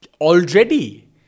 already